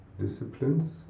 disciplines